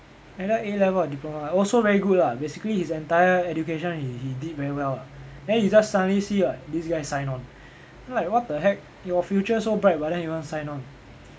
either A-level or diploma also very good lah basically his entire education he he did very well ah then he just suddenly see like this guy sign on then like what the heck your future so bright but then you want sign on